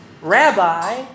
rabbi